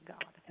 God